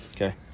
Okay